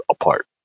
apart